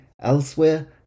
elsewhere